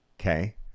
Okay